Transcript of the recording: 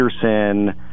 Peterson